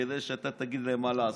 כדי שאתה תגיד להם מה לעשות.